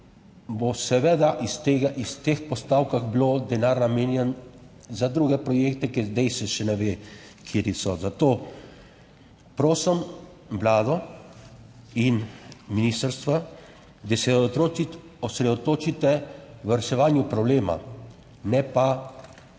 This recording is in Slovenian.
iz tega, iz teh postavkah bilo denar namenjen za druge projekte, ker zdaj se še ne ve, kateri so. Zato prosim Vlado in ministrstvo, da se osredotočite v reševanju problema, ne pa v